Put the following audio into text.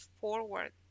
forward